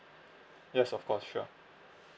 yes of course sure